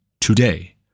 today